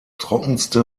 trockenste